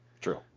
True